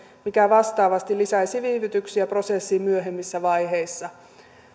mikä vastaavasti lisäisi viivytyksiä prosessin myöhemmissä vaiheissa